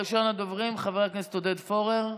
של חברי הכנסת עודד פורר,